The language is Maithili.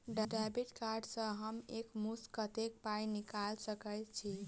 डेबिट कार्ड सँ हम एक मुस्त कत्तेक पाई निकाल सकय छी?